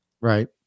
Right